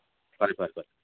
ꯐꯔꯦ ꯐꯔꯦ ꯐꯔꯦ